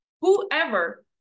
Whoever